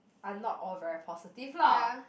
are not all very positive lah